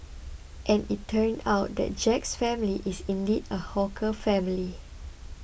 and it turned out that Jack's family is indeed a hawker family